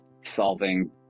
solving